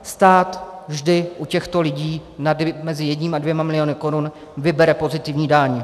Stát vždy u těchto lidí mezi jedním a dvěma miliony korun vybere pozitivní daň.